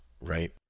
right